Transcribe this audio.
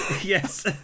Yes